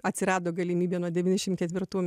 atsirado galimybė nuo devyniasdešim ketvirtų